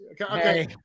Okay